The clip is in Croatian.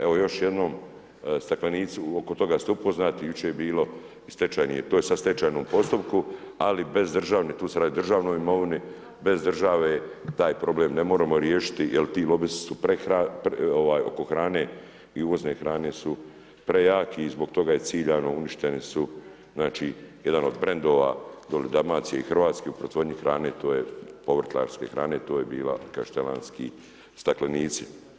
Evo još jednom staklenici, oko toga ste upoznati, jučer je bilo to je sada u stečajnom postupku, ali bez državne, tu se radi o državnoj imovini bez države taj problem ne može riješiti jer ti lobisti su ... oko hrane i uvozne su hrane su prejaki i zbog toga je ciljano uništene su znači, jedan od brendova dole Dalmacije i Hrvatske u proizvodnji hrane, to je povrtlarske hrane, to je bila Kaštelanski staklenici.